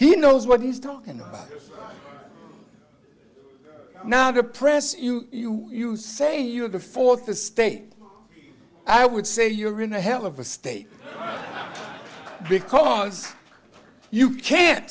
he knows what he's talking about now the press you say you are the fourth estate i would say you're in a hell of a state because you can't